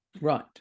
right